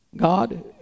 God